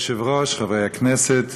אדוני היושב-ראש, חברי הכנסת,